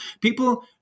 People